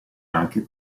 anche